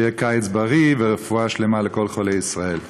שיהיה קיץ בריא ורפואה שלמה לכל חולי ישראל.